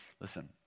Listen